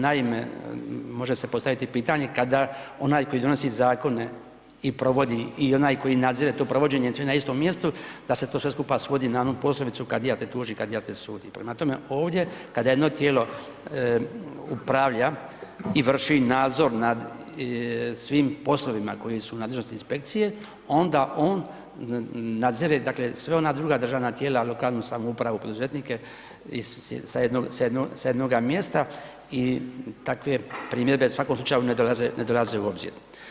Naime, može se postaviti pitanje kada onaj koji donosi zakone i provodi, i onaj koji nadzire to provođenje sve na istom mjestu, da se to sve skupa svodi na onu poslovicu kad ja te tužim, kad ja te sudim, prema tome, ovdje kada jedno tijelo upravlja i vrši nadzor nad svim poslovima koji su u nadležnosti inspekcije, onda on nadzire dakle sve ona druga državna tijela, lokalnu samoupravu, poduzetnike i sa jednoga mjesta i takve primjedbe u svakom slučaju ne dolaze u obzir.